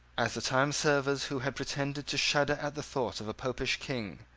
as the timeservers who had pretended to shudder at the thought of a popish king,